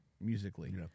musically